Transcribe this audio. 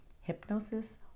hypnosis